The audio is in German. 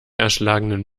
erschlagenen